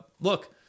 look